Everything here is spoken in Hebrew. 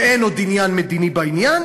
שאין עוד עניין מדיני בעניין